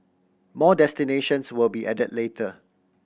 more destinations will be added later